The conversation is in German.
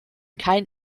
kein